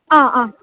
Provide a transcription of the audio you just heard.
आ आ